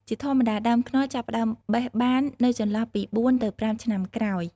ជាធម្មតា ដើមខ្នុរចាប់ផ្ដើមបេះបាននៅចន្លោះពី ៤ ទៅ ៥ ឆ្នាំក្រោយដាំ។